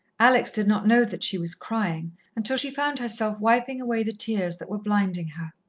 alex did not know that she was crying until she found herself wiping away the tears that were blinding her.